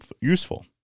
useful